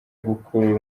gukurura